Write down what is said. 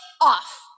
off